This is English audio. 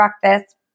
breakfast